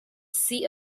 see